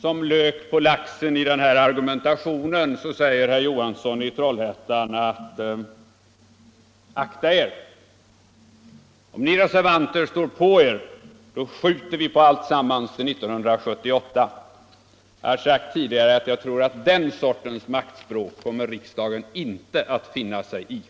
Som lök på laxen kommer sedan herr Johanssons i Trollhättan argumentation: Akta er, om ni reservanter står på er, då skjuter vi på alltsammans till 1978! Jag har sagt tidigare att jag inte tror att riksdagen kommer att finna sig i den sortens maktspråk.